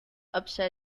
upset